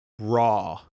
raw